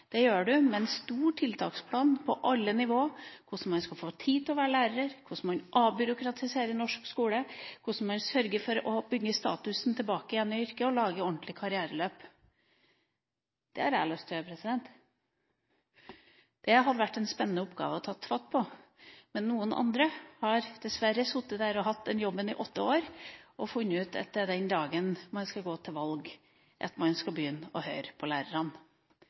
Det gjør man med en stor tiltaksplan på alle nivå, som handler om hvordan man skal få tid til å være lærer, hvordan man avbyråkratiserer norsk skole, hvordan man sørger for å bringe statusen tilbake til yrket og hvordan man lager ordentlige karriereløp. Det har jeg lyst til å gjøre. Det hadde vært en spennende oppgave å ta fatt på. Men noen andre har dessverre sittet der og hatt den jobben i åtte år og funnet ut at den dagen man skal gå til valg, skal man begynne å høre på lærerne.